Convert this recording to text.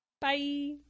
bye